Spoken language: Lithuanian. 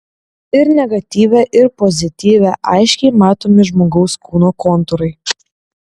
ir negatyve ir pozityve aiškiai matomi žmogaus kūno kontūrai